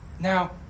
now